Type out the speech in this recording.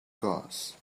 goes